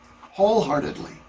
wholeheartedly